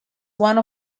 one